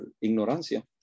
ignorancia